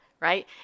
right